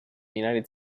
united